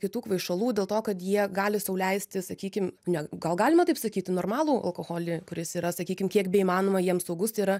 kitų kvaišalų dėl to kad jie gali sau leisti sakykim ne gal galima taip sakyti normalų alkoholį kuris yra sakykim kiek beįmanoma jiems saugus tai yra